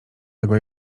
tego